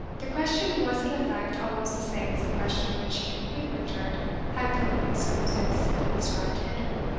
the question was in effect almost the same as the question which midwinter had put when the circumstances had been described to him.